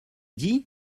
dit